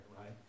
right